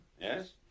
yes